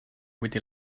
with